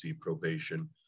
probation